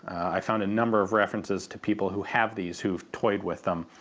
i found a number of references to people who have these who've toyed with them,